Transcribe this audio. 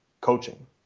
coaching